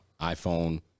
iPhone